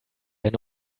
eine